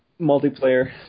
multiplayer